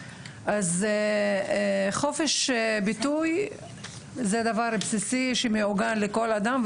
חופש ביטוי זה דבר בסיסי לכל אדם,